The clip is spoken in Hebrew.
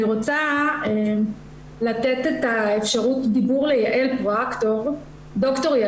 אני רוצה לתת אפשרות דיבור לד"ר יעל פרואקטור מהרשות,